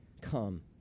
come